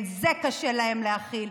את זה קשה להם להכיל.